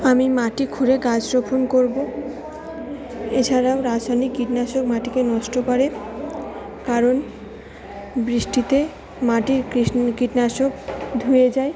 আমি মাটি খুঁড়ে গাছ রোপণ করবো এছাড়া রাসায়নিক কীটনাশক মাটিকে নষ্ট করে কারণ বৃষ্টিতে মাটির কীটনাশক ধুয়ে যায়